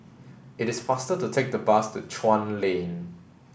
it is faster to take the bus to Chuan Lane